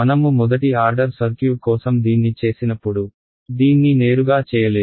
మనము మొదటి order circuit కోసం దీన్ని చేసినప్పుడు దీన్ని నేరుగా చేయలేదు